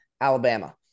Alabama